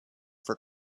for